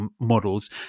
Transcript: models